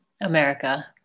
America